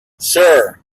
sure